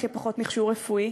הכי פחות מכשור רפואי,